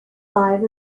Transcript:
live